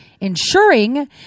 ensuring